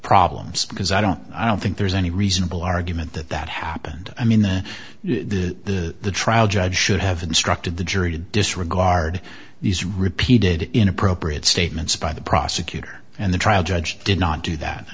problems because i don't i don't think there's any reasonable argument that that happened i mean the the the trial judge should have instructed the jury to disregard these repeated inappropriate statements by the prosecutor and the trial judge did not do that